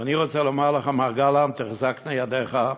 ואני רוצה לומר לך, מר גלנט, תחזקנה ידיך,